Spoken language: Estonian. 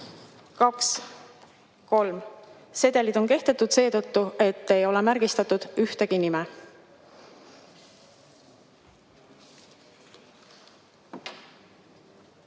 1, 2, 3. Sedelid on kehtetud seetõttu, et ei ole märgistatud ühtegi nime.